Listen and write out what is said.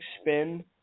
spin